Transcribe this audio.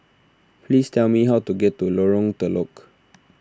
please tell me how to get to Lorong Telok